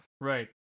Right